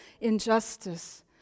injustice